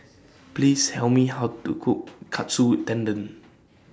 Please Tell Me How to Cook Katsu Tendon